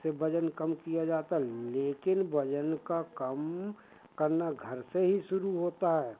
से वज़न कम किया जाता लेकिन वज़न का कम करना घर से ही शुरू होता है